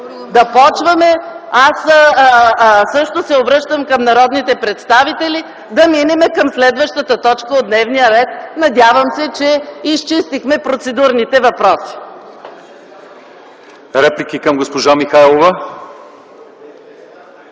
Да почваме! Аз също се обръщам към народните представители да минем към следващата точка от дневния ред. Надявам се, че изчистихме процедурните въпроси. ПРЕДСЕДАТЕЛ ЛЪЧЕЗАР ИВАНОВ: